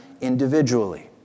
individually